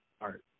art